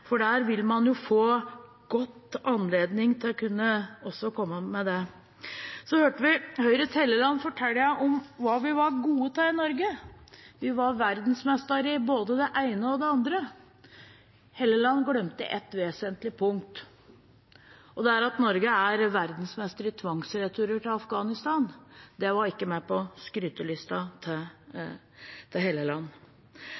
for der vil man få god anledning til å komme med det. Vi hørte Høyres Helleland fortelle hva vi var gode til i Norge. Vi var verdensmestere i både det ene og det andre. Helleland glemte et vesentlig punkt, og det er at Norge er verdensmester i tvangsreturer til Afghanistan. Det var ikke med på skrytelisten til